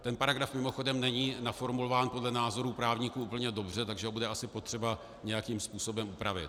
Ten paragraf mimochodem není naformulován podle názoru právníků úplně dobře, takže ho bude asi potřeba nějakým způsobem upravit.